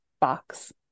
box